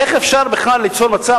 איך אפשר בכלל ליצור מצב,